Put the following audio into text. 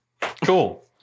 Cool